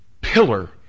pillar